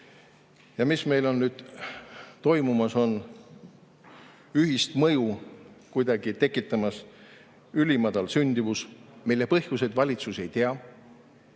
kestmine. Meil on nüüd toimumas, ühist mõju kuidagi tekitamas ülimadal sündimus, mille põhjuseid valitsus ei tea.